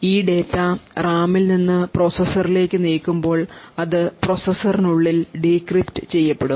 ഈ ഡാറ്റ റാമിൽ നിന്ന് പ്രോസസറിലേക്ക് നീക്കുമ്പോൾ അത് പ്രോസസ്സറിനുള്ളിൽ ഡീക്രിപ്റ്റ് ചെയ്യപ്പെടും